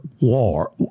war